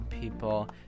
people